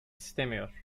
istemiyor